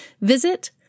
visit